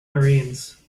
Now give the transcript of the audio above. marines